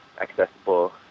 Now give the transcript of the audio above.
accessible